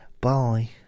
Bye